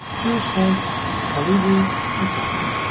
choose font calibri italic.